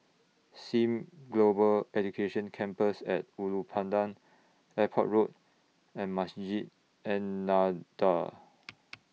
SIM Global Education Campus At Ulu Pandan Airport Road and Masjid An Nahdhah